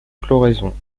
floraison